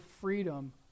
freedom